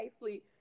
nicely